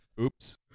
Oops